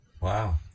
Wow